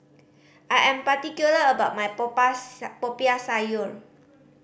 I am particular about my Popiah Sayur